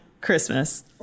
Christmas